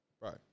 Right